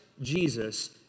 Jesus